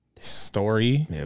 story